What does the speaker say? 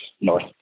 North